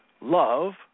Love